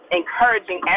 encouraging